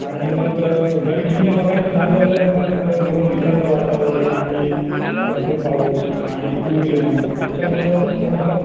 आणि मग गड किल्ले बघायचं झालं तर मग त थोडंसं निसरडं वातावरण आणि भरपूर पाऊस आणि पूर येणं याच्यामुळं थोडासा